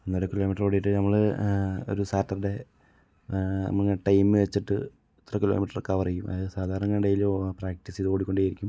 ഒന്നര കിലോമീറ്റർ ഓടിയിട്ട് നമ്മൾ ഒരു സാറ്റർഡേ നമ്മൾ ടൈം വെച്ചിട്ട് എത്ര കിലോ മീറ്റർ കവർ ചെയ്യും അതായത് സാധാരണ അങ്ങനെ ഡെയിലി ഒ പ്രാക്ടീസ് ചെയ്ത് ഓടിക്കൊണ്ടേ ഇരിക്കും